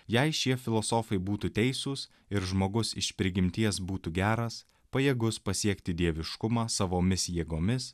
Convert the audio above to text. jei šie filosofai būtų teisūs ir žmogus iš prigimties būtų geras pajėgus pasiekti dieviškumą savomis jėgomis